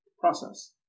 process